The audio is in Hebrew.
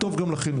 טוב גם לחינוך.